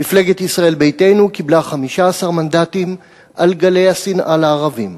מפלגת ישראל ביתנו קיבלה 15 מנדטים על גלי השנאה לערבים.